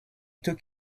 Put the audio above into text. took